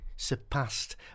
surpassed